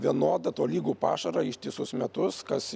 vienodą tolygų pašarą ištisus metus kas